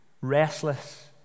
restless